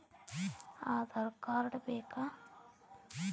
Aadhaar card ಬೇಕಾ?